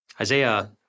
Isaiah